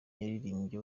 yaririmbye